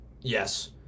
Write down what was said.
Yes